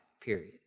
period